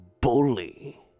bully